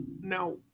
now